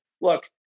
Look